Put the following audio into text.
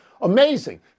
amazing